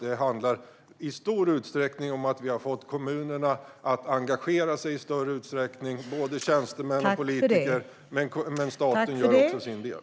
Det handlar till stor del om att vi har fått kommunerna - både tjänstemän och politiker - att engagera sig i större utsträckning, men staten gör också sin del.